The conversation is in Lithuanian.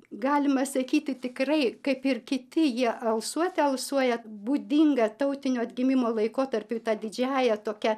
galima sakyti tikrai kaip ir kiti jie alsuote alsuoja būdinga tautinio atgimimo laikotarpiui ta didžiąja tokia